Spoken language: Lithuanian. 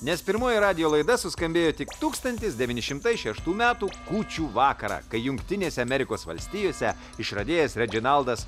nes pirmoji radijo laida suskambėjo tik tūkstantis devyni šimtai šeštų metų kūčių vakarą kai jungtinėse amerikos valstijose išradėjas redžinaldas